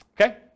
Okay